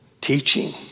teaching